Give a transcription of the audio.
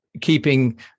keeping